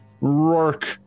Rourke